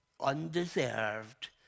undeserved